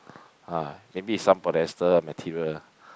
ah maybe is some polyester material ah